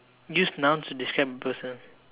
use nouns to describe a person